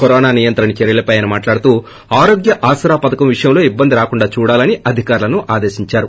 corona నియంత్రణ చర్యలపై ఆయన మాట్లాడుతూ ఆరోగ్య ఆసరా పథకం విషయంలో ఇబ్బంది రాకుండా చూడాలని అధికారులను ఆదేశించారు